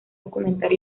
documentar